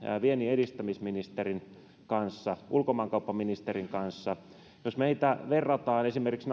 vienninedistämisministerin kanssa ulkomaankauppaministerin kanssa jos meitä verrataan esimerkiksi